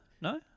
no